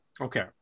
Okay